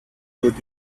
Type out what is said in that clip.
would